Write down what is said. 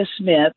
Smith